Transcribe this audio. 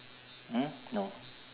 !huh! no